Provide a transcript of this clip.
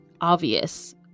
obvious